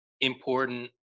important